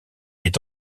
est